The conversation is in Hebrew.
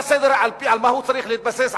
על מה הוא צריך להתבסס,